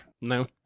No